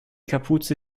kapuze